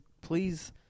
Please